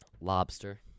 Lobster